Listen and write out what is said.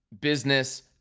business